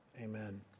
Amen